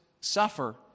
suffer